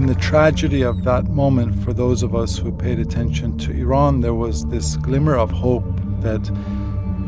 the tragedy of that moment for those of us who paid attention to iran, there was this glimmer of hope that